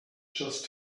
just